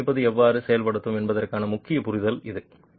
கட்டமைப்பு எவ்வாறு செயல்படும் என்பதற்கான முக்கியமான புரிதல் இது